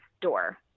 door